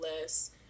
less